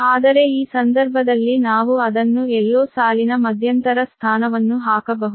ಆದರೆ ಈ ಸಂದರ್ಭದಲ್ಲಿ ನಾವು ಅದನ್ನು ಎಲ್ಲೋ ಸಾಲಿನ ಮಧ್ಯಂತರ ಸ್ಥಾನವನ್ನು ಹಾಕಬಹುದು